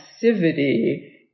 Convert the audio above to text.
passivity